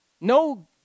No